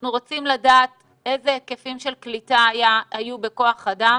אנחנו רוצים לדעת איזה היקפים של קליטה היו בכוח אדם.